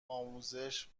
آموزش